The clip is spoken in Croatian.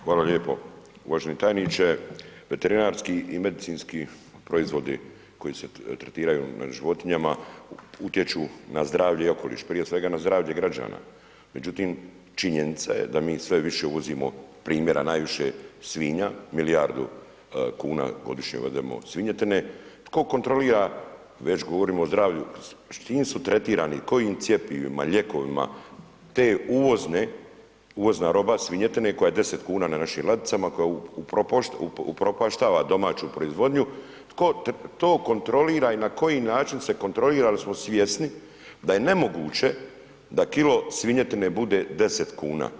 Hvala lijepo uvaženi tajniče, veterinarski i medicinski proizvodi, koji se tretiraju na životinjama, utječu na zdravlje i okoliš, prije svega na zdravlje građana, međutim, činjenica je da mi sve više uvozimo, primjera najviše svinja, milijardu kuna godišnje uvedemo svinjetine, tko kontrolira, već govorimo o zdravlju, s čim su tretirani, kojim cjepivima, lijekovima te uvozna roba, svinjetina, koja je 10 kn na našim ladicama, koja upropaštava domaću proizvodnju, tko to kontrolira i na koji način se kontrolira, jer smo svjesni da je nemoguće da kilo svinjetine bude 10 kn.